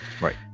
Right